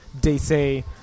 DC